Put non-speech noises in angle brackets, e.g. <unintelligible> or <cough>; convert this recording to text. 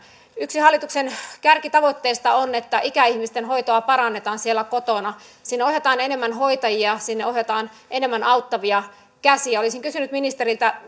yksi hallituksen kärkitavoitteista on että ikäihmisten hoitoa parannetaan siellä kotona sinne ohjataan enemmän hoitajia sinne ohjataan enemmän auttavia käsiä olisin kysynyt ministeriltä <unintelligible>